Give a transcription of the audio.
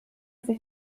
sich